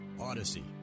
Odyssey